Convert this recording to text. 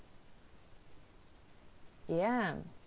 ya